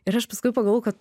ir aš paskui pagalvojau kad